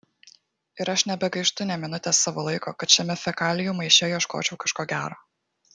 ir aš nebegaištu nė minutės savo laiko kad šiame fekalijų maiše ieškočiau kažko gero